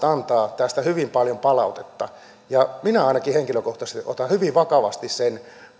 antavat tästä hyvin paljon palautetta minä ainakin henkilökohtaisesti otan hyvin vakavasti sen